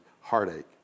heartache